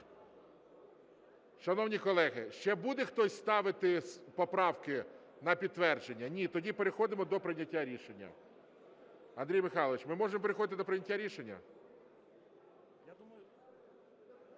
Шановні колеги, ще буде хтось ставити поправки на підтвердження? Ні. Тоді переходимо до прийняття рішення. Андрій Михайлович, ми можемо переходити до прийняття рішення?